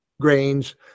grains